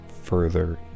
further